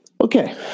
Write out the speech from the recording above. Okay